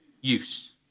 use